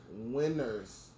Winners